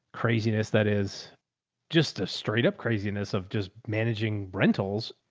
craziness that is just a straight up craziness of just managing rentals.